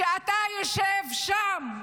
כשאתה יושב שם,